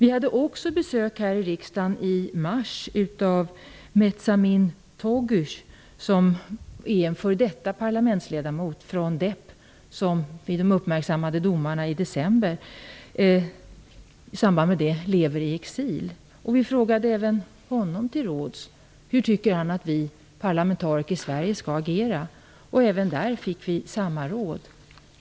I mars hade vi här i riksdagen också besök av Mizamethin Toguç som är en f.d. parlamentsledamot som sedan de uppmärksammade domarna i december lever i exil. Vi frågade även honom till råds hur han tyckte att vi parlamentariker i Sverige skall agera. Även där fick vi samma råd.